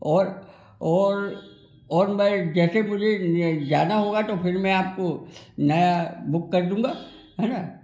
और और और मैं जैसे मुझे जाना होगा तो फिर मैं आपको नया बुक कर लूँगा है ना